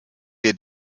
wir